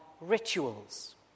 rituals